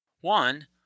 One